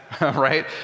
right